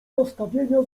nastawienia